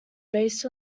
based